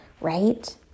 right